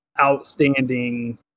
outstanding